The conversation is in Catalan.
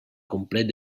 complet